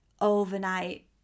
overnight